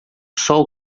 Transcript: sol